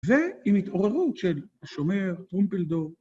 ועם התעוררות של השומר, טרומפלדור.